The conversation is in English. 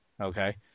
okay